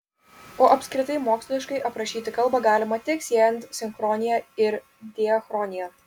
o apskritai moksliškai aprašyti kalbą galima tik siejant sinchronija ir diachroniją